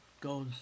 goes